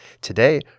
Today